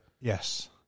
Yes